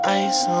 ice